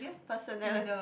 personality